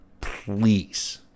please